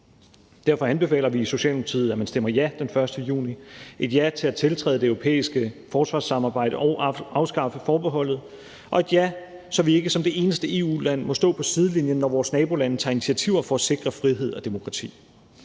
Derfor anbefaler vi i Socialdemokratiet, at man stemmer ja den 1. juni – et ja til at tiltræde det europæiske forsvarssamarbejde og afskaffe forbeholdet; et ja, så vi ikke som det eneste EU-land må stå på sidelinjen, når vores nabolande tager initiativer til at sikre frihed og demokrati;